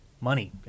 Money